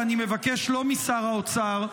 ואני מבקש לא משר האוצר,